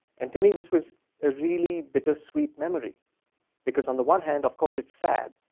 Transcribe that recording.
and to me this was a really bittersweet memory because on the one hand, of course, it's sad.